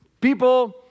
People